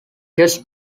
just